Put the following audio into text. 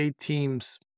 teams